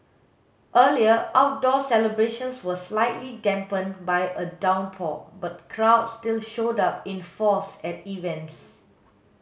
earlier outdoor celebrations were slightly dampened by a downpour but crowds still showed up in force at events